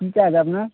কী কাজ আপনার